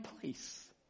place